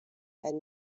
and